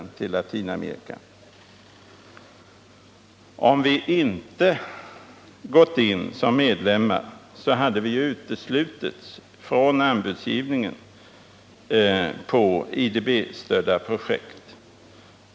Om vi inte hade gått in som medlem hade vi uteslutits från anbudsgivningen på IDB-stödda projekt.